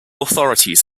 authorities